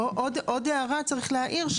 עוד הערה צריך להעיר,